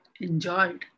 enjoyed